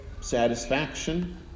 satisfaction